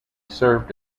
served